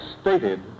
stated